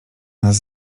nas